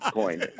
coin